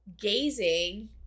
gazing